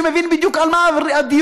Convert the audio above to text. שמבין בדיוק על מה הדיון.